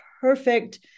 perfect